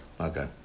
Okay